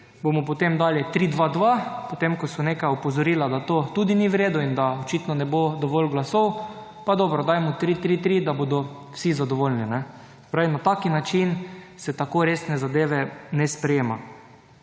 bomo potem dali 3, 2, 2. Potem, ko so neka opozorila, da to tudi ni v redu in da očitno ne bo dovolj glasov, pa dobro, dajmo 3, 3, 3, da bodo vsi zadovoljni. Se pravi na taki način se tako resne zadeve ne sprejema.